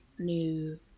new